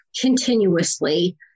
continuously